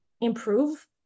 improve